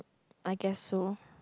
I guess so